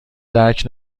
درک